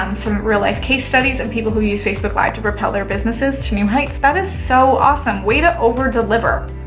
um some real life case studies on and people who use facebook live to propel their businesses to new heights that is so awesome way to over deliver.